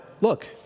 look